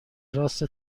راست